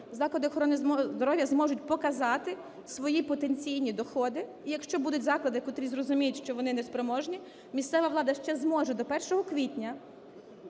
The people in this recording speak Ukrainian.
заклади охорони здоров'я зможуть показати свої потенційні доходи. Якщо будуть заклади, котрі зрозуміють, що вони неспроможні, місцева влада ще зможе до 1 квітня